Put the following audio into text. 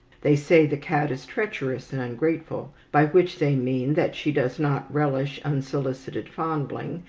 they say the cat is treacherous and ungrateful, by which they mean that she does not relish unsolicited fondling,